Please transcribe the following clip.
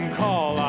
call